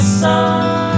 sun